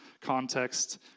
context